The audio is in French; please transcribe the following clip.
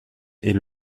est